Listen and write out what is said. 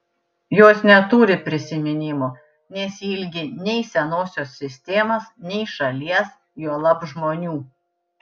jos neturi prisiminimų nesiilgi nei senosios sistemos nei šalies juolab žmonių